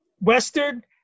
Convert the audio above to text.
western